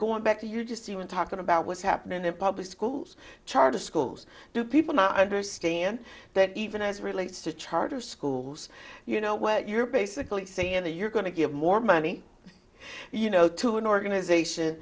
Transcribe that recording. going back to you're just even talking about what's happening in public schools charter schools do people not understand that even as relates to charter schools you know what you're basically saying that you're going to give more money you know to an organization